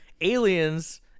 aliens